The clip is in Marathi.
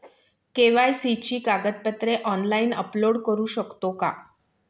के.वाय.सी ची कागदपत्रे ऑनलाइन अपलोड करू शकतो का?